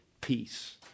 peace